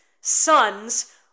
sons